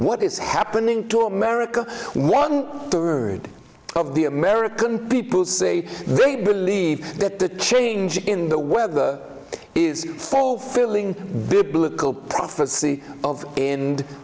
what is happening to america one third of the american people say they believe that the change in the weather is fulfilling biblical prophecy